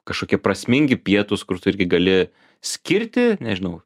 kažkokie prasmingi pietūs kur tu irgi gali skirti nežinau